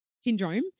syndrome